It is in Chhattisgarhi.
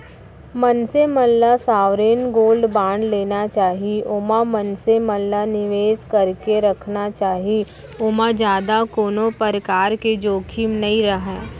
मनसे मन ल सॉवरेन गोल्ड बांड लेना चाही ओमा मनसे मन ल निवेस करके रखना चाही ओमा जादा कोनो परकार के जोखिम नइ रहय